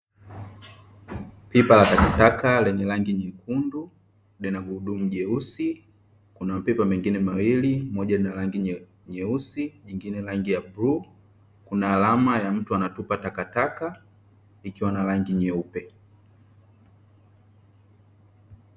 Pipa la takataka lenye rangi nyekundu lina gurudumu jeusi, kuna mapipa mengine mawili, moja lina rangi nyeusi lingine rangi ya bluu, kuna alama ya mtu anatupa takataka ikiwa na rangi nyeupe.